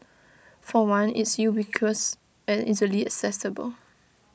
for one it's ubiquitous and easily accessible